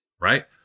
right